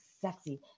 sexy